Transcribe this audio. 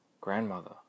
grandmother